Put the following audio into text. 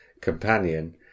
companion